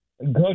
Good